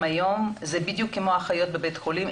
היום זה בדיוק כמו האחיות בבית החולים,